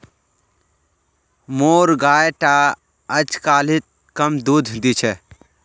मोर गाय टा अजकालित कम दूध दी छ